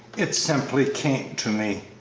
it simply came to me,